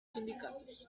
sindicatos